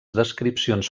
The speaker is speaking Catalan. descripcions